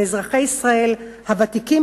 לאזרחי ישראל הוותיקים,